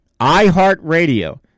iHeartRadio